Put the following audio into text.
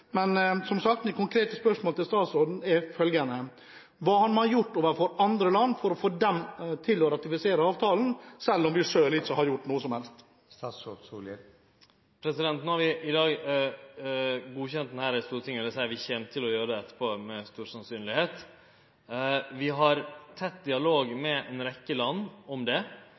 Men det skal bli interessant på et senere tidspunkt å høre statsrådens grunn for at man har brukt fire år på å skrive seks sider. Som sagt er mitt konkrete spørsmål til statsråden følgende: Hva har man gjort overfor andre land for å få dem til å ratifisere avtalen, selv om vi selv ikke har gjort noe som helst? Vi har i dag vedteke dette i Stortinget – dvs.vi kjem med stor sannsynlegheit til å vedta det etterpå. Vi har